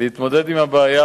להתמודד עם הבעיה,